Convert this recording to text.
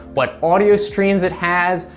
what audio streams it has,